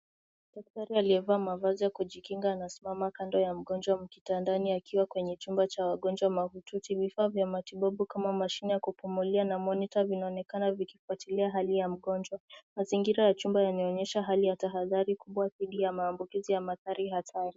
Daktari aliye vaa mavazi ya kujikinga anasimama kando ya mgonjwa kitandani akiwa kwenye chumba cha wagonjwa mahiututi. Vifaa vya matibabu kama mashine ya kupumulia na monita vinaonekana vikifuatilia hali ya mgonjwa. Mazingira ya chumba yanainyesha hali ya tahathari kubwa dhidi ya maambukizi ya mathara hatari.